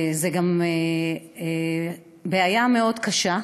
זו בעיה קשה מאוד.